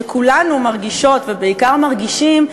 שכולנו מרגישות ובעיקר מרגישים,